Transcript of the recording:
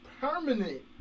permanent